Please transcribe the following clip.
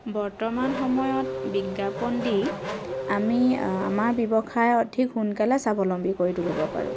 বৰ্তমানৰ সময়ত বিজ্ঞাপন দি আমি আমাৰ ব্যৱসায় অধিক সোনকালে স্বাৱলম্বী কৰি তুলিব পাৰো